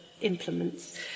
implements